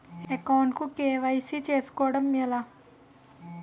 Account కు KYC చేసుకోవడం ఎలా?